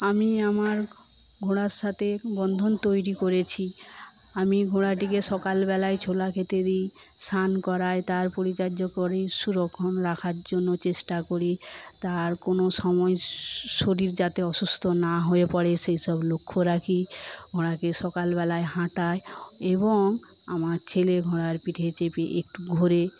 আমি আমার ঘোড়ার সাথে বন্ধন তৈরি করেছি আমি ঘোড়াটিকে সকালবেলায় ছোলা খেতে দিই স্নান করাই তার পরিচর্যা করি সুরকম রাখার জন্য চেষ্টা করি তার কোন সময় শরীর যাতে অসুস্থ না হয়ে পড়ে সেইসব লক্ষ্য রাখি ঘোড়াকে সকালবেলায় হাঁটাই এবং আমার ছেলে ঘোড়ার পিঠে চেপে একটু ঘোরে